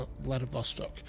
Vladivostok